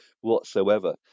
whatsoever